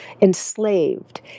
enslaved